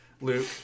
luke